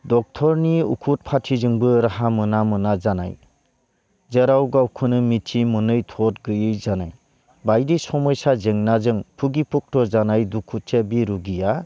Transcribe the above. ड'क्टरनि उखुद फाथिजोंबो राहा मोना मोना जानाय जेराव गावखौनो मिथि मोनै थ'द गैयै जानाय बायदि समयसा जेंनाजों भुगि भक्त जानाय दुखुथिया बिरुगिया